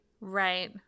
Right